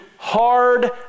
Hard